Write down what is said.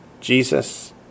Jesus